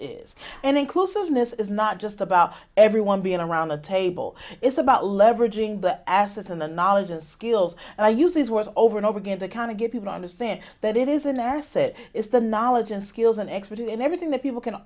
is and inclusiveness is not just about everyone being around a table it's about leveraging the assets and the knowledge and skills i use these words over and over again the kind of get people understand that it is an asset is the knowledge and skills an expert in everything that people can